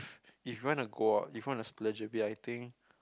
if you want to go out if you want to be splurge a bit I think